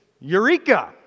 Eureka